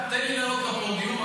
תן לי לעלות לפודיום.